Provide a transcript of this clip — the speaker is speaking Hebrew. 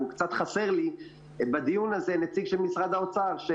קצת חסר לי בדיון הזה נציג של משרד האוצר כי